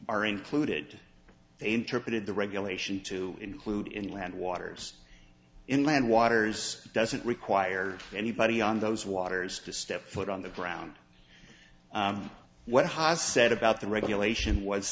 are included they interpreted the regulation to include inland waters inland waters doesn't require anybody on those waters to step foot on the ground what ha said about the regulation was